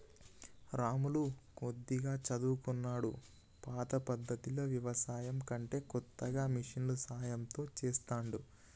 రాములు కొద్దిగా చదువుకున్నోడు పాత పద్దతిలో వ్యవసాయం కంటే కొత్తగా మిషన్ల సాయం తో చెస్తాండు